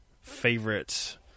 favorite